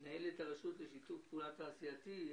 מנהלת הרשות לשיתוף פעולה תעשייתי: